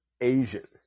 Asian